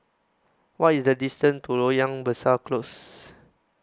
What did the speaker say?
What IS The distance to Loyang Besar Close